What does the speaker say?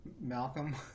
Malcolm